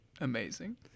amazing